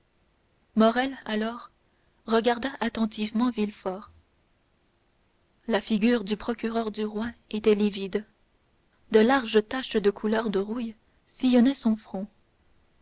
morrel alors regarda attentivement villefort la figure du procureur du roi était livide de larges taches de couleur de rouille sillonnaient son front